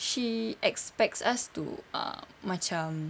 she expects us to err macam